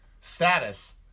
status